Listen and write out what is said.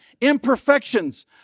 imperfections